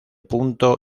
punto